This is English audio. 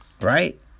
right